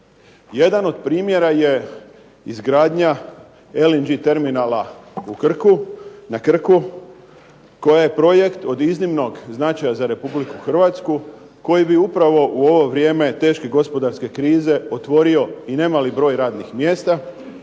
Jedan od primjera je izgradnja LNG terminala na Krku koji je projekt od iznimnog značaja za Republiku Hrvatsku koji bi upravo u ovo vrijeme teške gospodarske krize otvorio i nemali broj radnih mjesta